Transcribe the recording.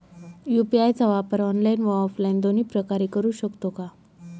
UPI चा वापर online व ऑफलाईन दोन्ही प्रकारे करु शकतो का?